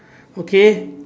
okay